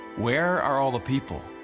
where are all the people?